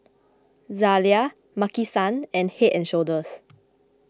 Zalia Maki San and Head and Shoulders